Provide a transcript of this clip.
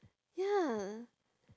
ya